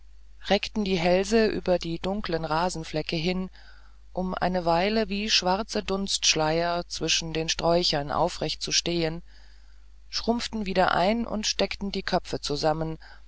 reckten die hälse über die dunkeln rasenflecke hin um eine weile wie schwarze dunstschleier zwischen den sträuchern aufrecht zu stehen schrumpften wieder ein und steckten die köpfe zusammen